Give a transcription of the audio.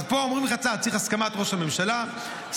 אז פה אומרים לך שצריך את הסכמת ראש הממשלה ושר